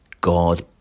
God